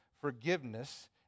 forgiveness